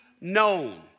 known